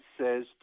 says